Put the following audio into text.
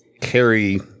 carry